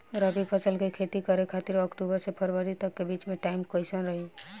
रबी फसल के खेती करे खातिर अक्तूबर से फरवरी तक के बीच मे टाइम कैसन रही?